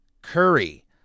Curry